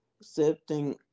accepting